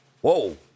Whoa